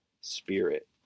spirit